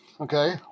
Okay